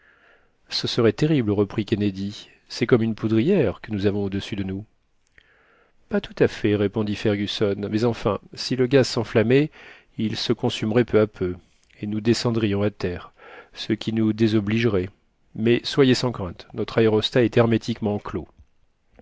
ce serait terrible reprit kennedy c'est comme une poudrière que nous avons au-dessus de nous pas tout à fait répondit fergusson mais enfin si le gaz s'enflammait il se consumerait peu à peu et nous descendrions à terre ce qui nous désobligerait mais soyez sans crainte notre aérostat est hermétiquement clos